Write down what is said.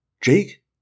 Jake